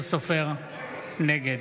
נגד